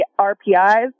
RPIs